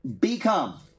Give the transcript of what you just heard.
become—